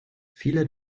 viele